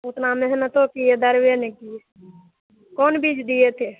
उतनी मेहनतो किए दरबे नहीं किया कौन बीज दिए थे